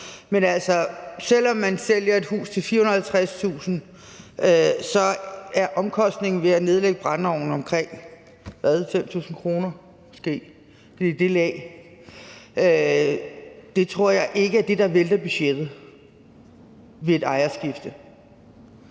Men altså, selv hvis man sælger et hus til 450.000, er omkostningen ved at nedlægge brændeovnen omkring måske 5.000 kr. – det er i det leje. Det tror jeg ikke er det, der vælter budgettet ved et ejerskifte.